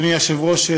אדוני היושב-ראש,